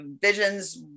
visions